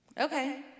Okay